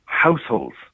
households